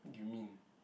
you mean